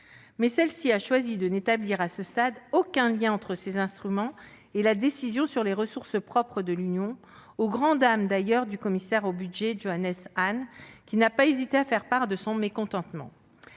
a toutefois choisi de n'établir, à ce stade, aucun lien entre ces instruments et la décision sur les ressources propres de l'Union, au grand dam, d'ailleurs, du commissaire au budget et à l'administration, Johannes Hahn, qui n'a pas hésité à faire part de son mécontentement.